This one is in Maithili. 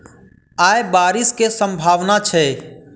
आय बारिश केँ सम्भावना छै?